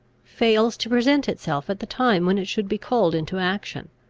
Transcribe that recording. fails to present itself at the time when it should be called into action.